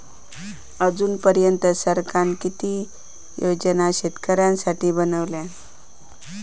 अजून पर्यंत सरकारान किती योजना शेतकऱ्यांसाठी बनवले?